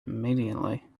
immediately